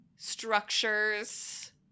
Structures